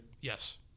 Yes